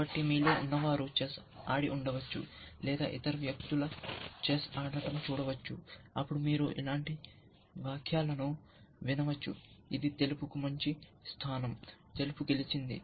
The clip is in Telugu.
కాబట్టి మీలో ఉన్నవారు చెస్ ఆడి ఉండవచ్చు లేదా ఇతర వ్యక్తులు చెస్ ఆడటం చూడవచ్చు అప్పుడు మీరు ఇలాంటి వ్యాఖ్యలను వినవచ్చు ఇది తెలుపుకు మంచి స్థానం తెలుపు గెలిచింది